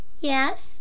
yes